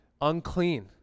unclean